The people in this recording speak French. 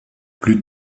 plus